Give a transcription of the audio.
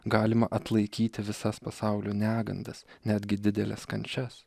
galima atlaikyti visas pasaulio negandas netgi dideles kančias